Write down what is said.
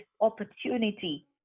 opportunity